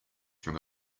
from